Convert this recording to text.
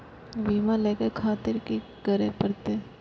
बीमा लेके खातिर की करें परतें?